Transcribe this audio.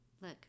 Look